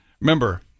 Remember